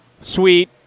sweet